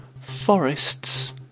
forests